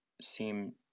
seem